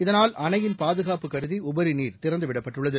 இதனால் அணையின் பாதுகாப்பு கருதிஉபரிநீர் திறந்துவிடப்பட்டுள்ளது